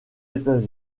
états